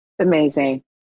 amazing